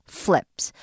flips